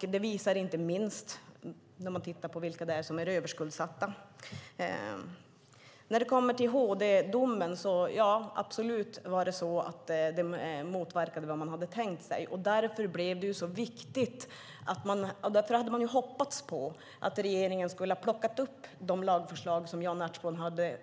Det ser man inte minst när man tittar på vilka som är överskuldsatta. HD-domen motverkade absolut vad man hade tänkt sig. Därför hade man hoppats att regeringen skulle plocka upp de lagförslag som Jan Ertsborn hade